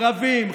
ערבים,